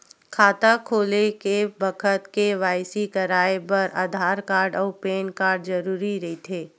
खाता खोले के बखत के.वाइ.सी कराये बर आधार कार्ड अउ पैन कार्ड जरुरी रहिथे